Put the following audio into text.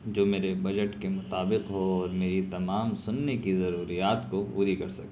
جو میرے بجٹ کے مطابق ہو اور میری تمام سننے کی ضروریات کو پوری کر سکے